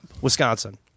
Wisconsin